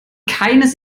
keines